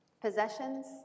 possessions